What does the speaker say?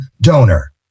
donor